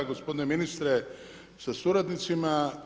Gospodine ministre sa suradnicima.